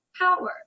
Power